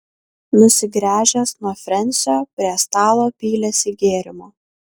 nusigręžęs nuo frensio prie stalo pylėsi gėrimo